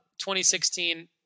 2016